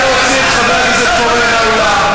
נא להוציא את חבר הכנסת פורר מהאולם.